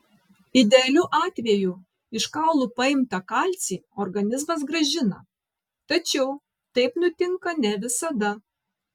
idealiu atveju iš kaulų paimtą kalcį organizmas grąžina tačiau taip nutinka ne visada